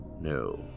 No